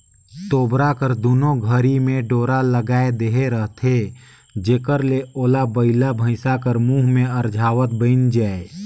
तोबरा कर दुनो घरी मे डोरा लगाए देहे रहथे जेकर ले ओला बइला भइसा कर मुंह मे अरझावत बइन जाए